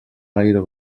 gaire